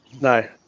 No